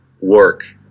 work